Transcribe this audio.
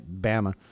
bama